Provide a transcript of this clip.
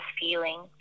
feeling